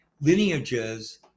lineages